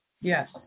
Yes